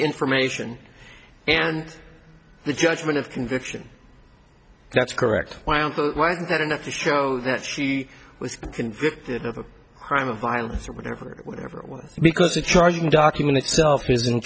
information and the judgment of conviction that's correct why isn't that enough to show that she was convicted of a crime of violence or whatever whatever because the charging document itself is